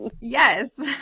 Yes